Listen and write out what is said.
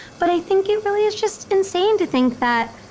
but i think it really is just insane to think that.